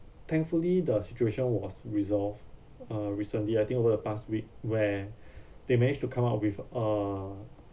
thankfully the situation was resolved uh recently I think over the past week where they managed to come up with a